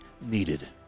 needed